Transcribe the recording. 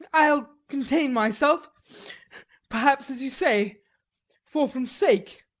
i'll contain myself perhaps as you say for form sake